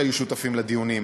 שהיו שותפים לדיונים,